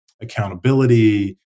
accountability